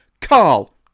Carl